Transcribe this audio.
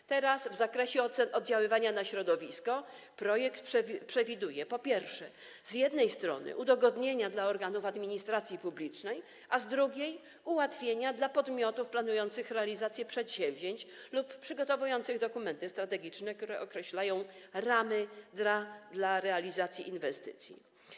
Z kolei w zakresie ocen oddziaływania na środowisko projekt przewiduje, po pierwsze, z jednej strony udogodnienia dla organów administracji publicznej, a z drugiej strony ułatwienia dla podmiotów planujących realizację przedsięwzięć lub przygotowujących dokumenty strategiczne, które określają ramy dla realizacji inwestycji.